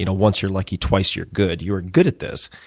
you know once you're lucky twice you're good. you are good at this.